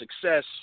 success